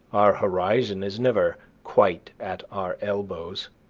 our horizon is never quite at our elbows.